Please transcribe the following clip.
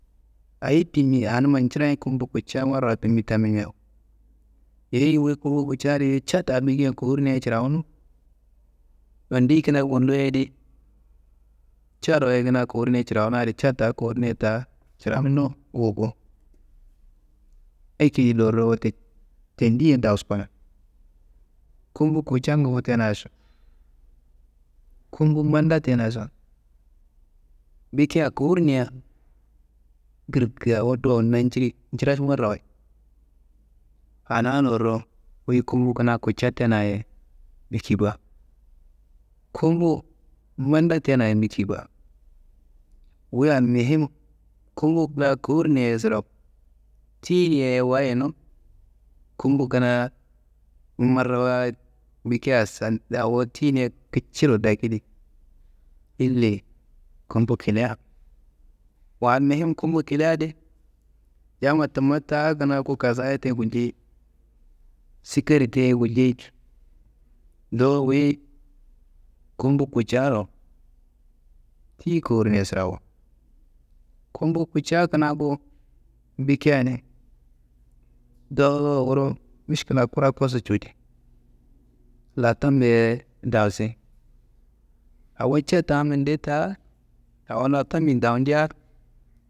Ayi dimi anuma njirayi, gumbu kutca marawayid bimi tamina, yeyi wu gumbu kutca adi ca ta bikia kowuruniayi cirawunu. Nondiyi kina gulloi adi, caroyi kina kowuruniayi cirawuna adi, ca ta kowurnuia ta cirawunu nguko. Akedi lorro wote tendiyi ye dawuskono, gumbu kutca ngufu tenašo, gumbu manda tenaso, bikia kowurunia, girik awo do nanjiri njirayi marawayid, ana lorro wuyi gumbu kina kutca tenayi biki ba. Gumbu manda tenayi biki ba, wu almuhim gumbu la kowurunia sirawu, tiyiniayi wayinu, gumbu kina marawayid bikia, awo tiyinia kiciro dakidi, ille gumbu kilia, wa almuhim gumbu kilia adi, yamma tumma ta kina ku kasayi te gulcei, sukkari te gulcei, dowo wuyi, gumbu kutcaro ti kowurunia sirawu, gumbu kutca kina ku bikia adi, dowo wuro miškila kura kosu cuwudi, lattambeye dawusi, awo ca ta minde ta awo lattamin dawucia.